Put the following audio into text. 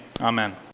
Amen